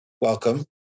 welcome